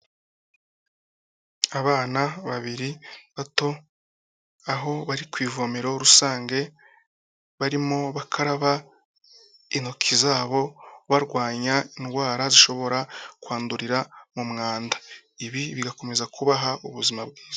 Abana babiri bato aho bari ku ivomero rusange, barimo bakaraba intoki zabo barwanya indwara zishobora kwandurira mu mwanda, ibi bigakomeza kubaha ubuzima bwiza.